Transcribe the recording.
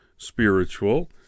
spiritual